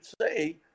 say